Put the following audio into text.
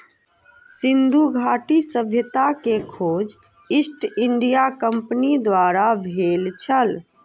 सिंधु घाटी सभ्यता के खोज ईस्ट इंडिया कंपनीक द्वारा भेल छल